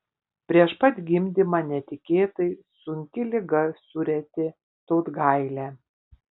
prieš pat gimdymą netikėtai sunki liga surietė tautgailę